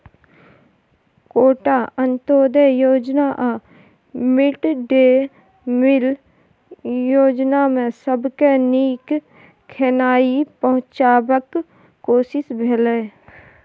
quota, अंत्योदय योजना आ मिड डे मिल योजनामे सबके नीक खेनाइ पहुँचेबाक कोशिश भेलै